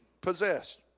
possessed